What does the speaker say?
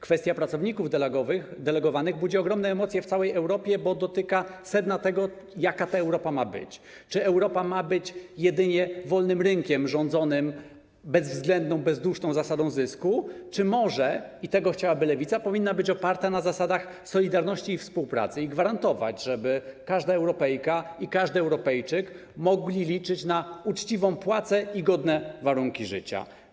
Kwestia pracowników delegowanych budzi ogromne emocje w całej Europie, bo dotyka sedna tego, jaka ta Europa ma być - czy Europa ma być jedynie wolnym rynkiem rządzonym bezwzględną, bezduszną zasadą zysku, czy może - i tego chciałaby Lewica - powinna być oparta na zasadach solidarności i współpracy i gwarantować, że każda Europejka i każdy Europejczyk będą mogli liczyć na uczciwą płacę i godne warunki życia.